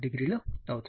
30 అవుతుంది